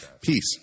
Peace